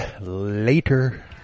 later